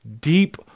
deep